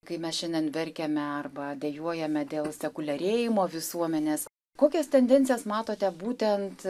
kai mes šiandien verkiame arba dejuojame dėl sekuliarėjimo visuomenės kokias tendencijas matote būtent